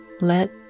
Let